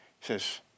says